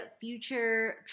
future